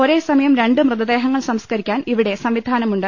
ഒരേ സമയം രണ്ട് മൃതദേഹങ്ങൾ സംസ്ക്കരിക്കാൻ ഇവിടെ സംവിധാനമുണ്ട്